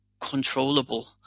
controllable